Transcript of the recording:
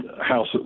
house